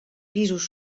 pisos